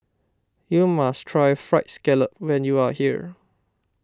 you must try Fried Scallop when you are here